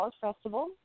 Festival